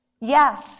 Yes